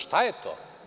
Šta je to?